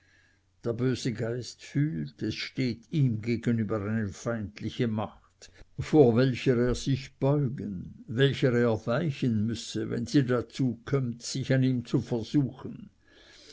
der böse geist fühlt es steht ihm gegenüber eine feindliche macht vor welcher er sich beugen welcher er weichen müsse wenn sie dazu kömmt sich an ihm zu versuchen